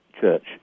church